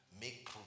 make